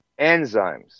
enzymes